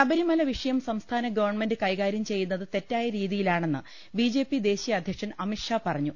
ശബരിമലവിഷയം സംസ്ഥാനഗവൺമെന്റ് കൈകാര്യം ചെയ്യുന്നത് തെറ്റായ രീതിയിലാണെന്ന് ബിജെപി ദേശീയ അധ്യക്ഷൻ അമിത്ഷാ പറ ഞ്ഞു